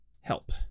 help